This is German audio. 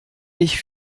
ich